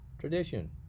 tradition